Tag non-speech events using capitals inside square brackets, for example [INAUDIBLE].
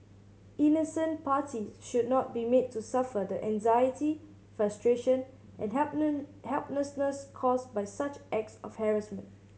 innocent parties should not be made to suffer the anxiety frustration and [UNINTELLIGIBLE] helplessness caused by such acts of harassment